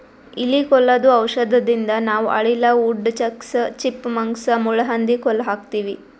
ಇಲಿ ಕೊಲ್ಲದು ಔಷಧದಿಂದ ನಾವ್ ಅಳಿಲ, ವುಡ್ ಚಕ್ಸ್, ಚಿಪ್ ಮಂಕ್ಸ್, ಮುಳ್ಳಹಂದಿ ಕೊಲ್ಲ ಹಾಕ್ತಿವಿ